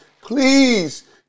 please